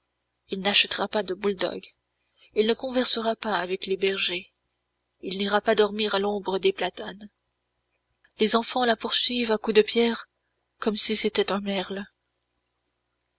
il n'achètera pas de bouledogue il ne conversera pas avec les bergers il n'ira pas dormir à l'ombre des platanes les enfants la poursuivent à coups de pierre comme si c'était un merle